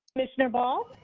michener ball.